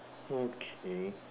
okay